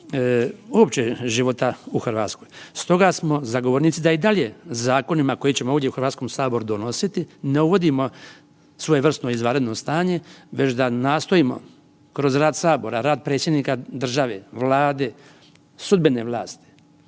uopće života u Hrvatskoj. Stoga smo zagovornici da i dalje zakonima koje ćemo ovdje u Hrvatskome saboru donositi ne uvodimo svojevrsno izvanredno stanje već da nastojimo kroz rad sabora, rad predsjednika države, Vlade, sudbene vlasti,